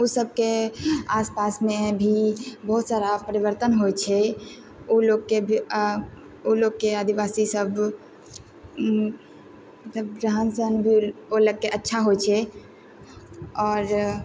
ओसबके आस पासमे भी बहुत सारा परिवर्तन होइ छै ओ लोगके भी ओ लोगके आदिवासी सब मतलब जब जहाँ जानबै ओ लोगके अच्छा होइ छै आओर